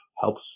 helps